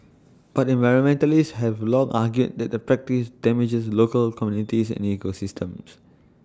but environmentalists have long argued that the practice damages local communities and ecosystems